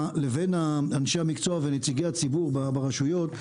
לבין אנשי המקצוע ונציגי הציבור ברשויות.